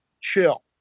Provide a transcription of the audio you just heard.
chill